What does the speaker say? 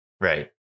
Right